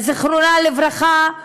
זיכרונה לברכה,